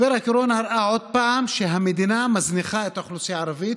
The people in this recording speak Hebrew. משבר הקורונה הראה עוד פעם שהמדינה מזניחה את האוכלוסייה הערבית,